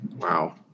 Wow